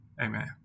Amen